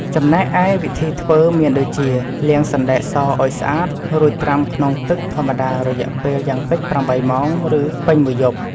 ចំំណែកឯវីធីធ្វើមានដូចជា លាងសណ្តែកសឱ្យស្អាត រួចត្រាំក្នុងទឹកធម្មតារយៈពេលយ៉ាងតិច ៨ ម៉ោង ឬពេញមួយយប់។